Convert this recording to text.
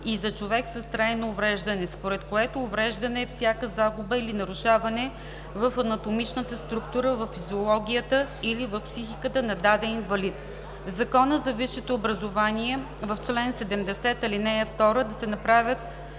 и за „човек с трайно увреждане“, според което „увреждане“ е всяка загуба или нарушаване в анатомичната структура, във физиологията или в психиката на даден индивид; - в Закона за висшето образование. В чл. 70, ал. 2 – да се направят